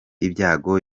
ibyago